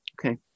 Okay